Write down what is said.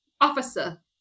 Officer